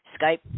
Skype